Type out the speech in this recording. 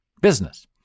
business